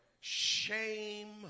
shame